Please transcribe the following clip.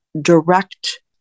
direct